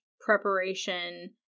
preparation